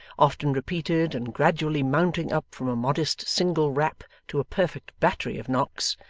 often repeated and gradually mounting up from a modest single rap to a perfect battery of knocks,